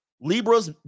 Libras